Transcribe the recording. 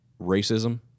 racism